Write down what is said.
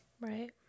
Right